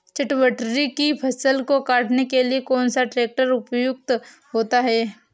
चटवटरी की फसल को काटने के लिए कौन सा ट्रैक्टर उपयुक्त होता है?